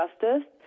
justice